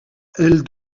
elle